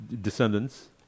descendants